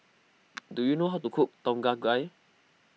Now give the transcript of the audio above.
do you know how to cook Tom Kha Gai